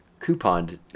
couponed